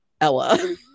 Ella